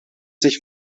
sich